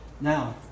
Now